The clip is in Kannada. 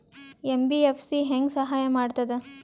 ಎಂ.ಬಿ.ಎಫ್.ಸಿ ಹೆಂಗ್ ಸಹಾಯ ಮಾಡ್ತದ?